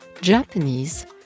Japanese